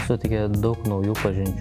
suteikė daug naujų pažinčių